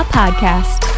podcast